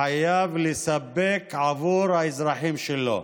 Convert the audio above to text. חייב לספק עבור האזרחים שלו,